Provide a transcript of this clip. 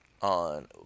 on